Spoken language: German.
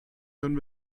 können